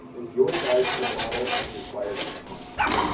is your guide to the model and required components.